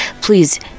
please